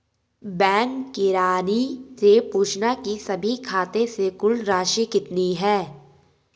bank किरानी से पूछना की सभी खाते से कुल राशि कितनी है